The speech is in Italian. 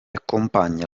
accompagna